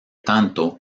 tanto